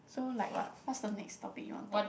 so like what what's the next topic you want to talk